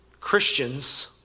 Christians